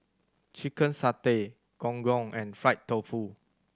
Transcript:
chicken satay Gong Gong and fried tofu